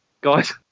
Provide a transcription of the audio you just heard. guys